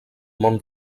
món